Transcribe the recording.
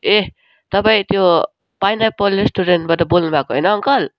ए तपाईँ त्यो पाइनएप्पल रेस्ट्रुरेन्टबाट बोल्नु भएको होइन अङ्कल